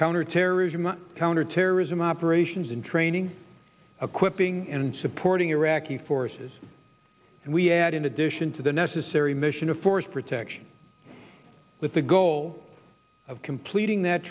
and counterterrorism operations and training of quipping and supporting iraqi forces and we add in addition to the necessary mission of force protection with the goal of completing that